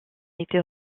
été